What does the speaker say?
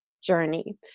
journey